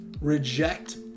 Reject